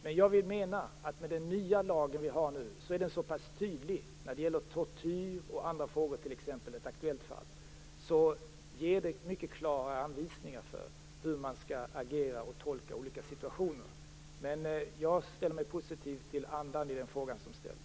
Men jag vill mena att den nya lag som vi nu har är så tydlig, t.ex. i fråga om tortyr, som det gäller i ett aktuellt fall, att man har mycket klara anvisningar för hur man skall agera i och tolka olika situationer. Jag ställer mig positiv till andan i den fråga som ställts.